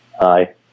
Hi